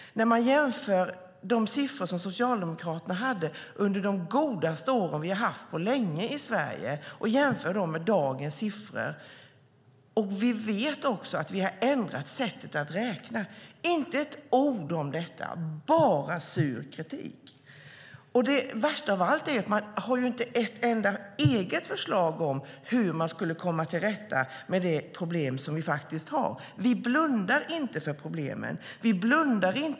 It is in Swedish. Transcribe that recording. Man kan jämföra de siffror som Socialdemokraterna hade under de godaste åren vi har haft på länge i Sverige med dagens siffror. Vi vet också att vi har ändrat sättet att räkna. Det är inte ett ord om detta, bara sur kritik. Det värsta av allt är att man inte har ett enda eget förslag om hur man skulle kunna komma till rätta med de problem som vi har. Vi blundar inte för problemen.